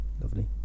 lovely